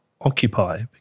Occupy